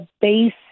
base